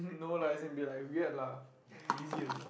no lah as in be like weird lah easy also